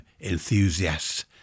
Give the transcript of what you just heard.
enthusiasts